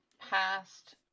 past